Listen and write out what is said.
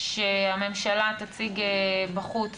שבחוץ